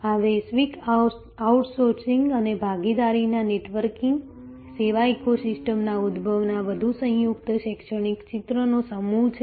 આ વૈશ્વિક આઉટસોર્સિંગ અને ભાગીદારોના નેટવર્કિંગ સેવા ઇકોસિસ્ટમના ઉદભવના વધુ સંયુક્ત શૈક્ષણિક ચિત્રનો સમૂહ છે